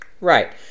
Right